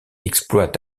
exploite